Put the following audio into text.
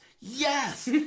yes